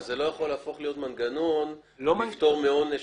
אבל זה לא יכול להפוך להיות מנגנון לפטור מעונש.